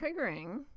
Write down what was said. triggering